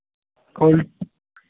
quality